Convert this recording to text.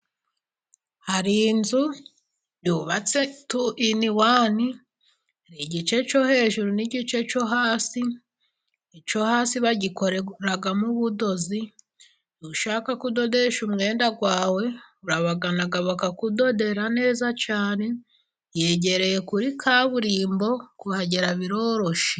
Hari inzu yubatse tu ini wani igice cyo hejuru n'igice cyo hasi. Icyo hasi bagikoreramo ubudozi, iyo ushaka ku dodesha umwenda wawe urabagana bakakudodera neza cyane , yegereye kuri kaburimbo kuhagera biroroshye.